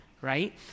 right